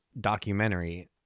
documentary